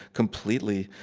completely,